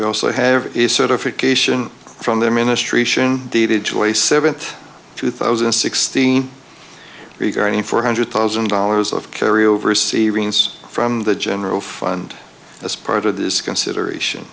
we also have a certification from the administration dated july seventh two thousand and sixteen regarding four hundred thousand dollars of carrier oversea remains from the general fund as part of this consideration